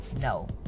no